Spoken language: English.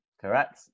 Correct